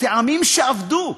טעמים שאבדו,